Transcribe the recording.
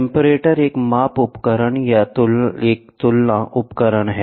comparator एक माप उपकरण या एक तुलना उपकरण है